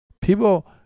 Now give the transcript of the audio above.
People